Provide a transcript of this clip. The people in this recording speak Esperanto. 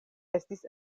estis